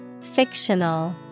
Fictional